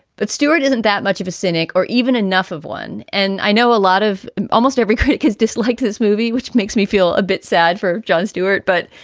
but stuart, isn't that much of a cynic or even enough of one. and i know a lot of almost every critic has disliked this movie, which makes me feel a bit sad for jon stewart. but,